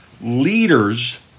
Leaders